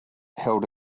held